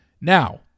Now